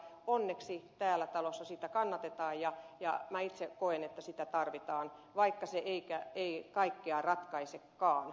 onneksi täällä talossa sitä kannatetaan ja minä itse koen että sitä tarvitaan vaikka se ei kaikkea ratkaisekaan